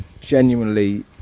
genuinely